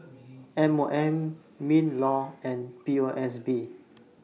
M O M MINLAW and P O S B